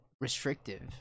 restrictive